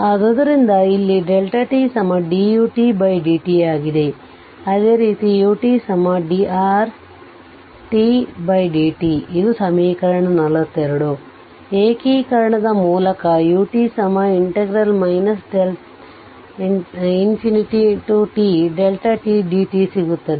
ಆದ್ದರಿಂದ ಇಲ್ಲಿ d utdt ಆಗಿದೆ ಅದೇ ರೀತಿ utd rt d t ಇದು ಸಮೀಕರಣ 42 ಏಕೀಕರಣದ ಮೂಲಕ ut tdt ಸಿಗುತ್ತದೆ